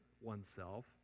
oneself